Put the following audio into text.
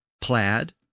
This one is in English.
plaid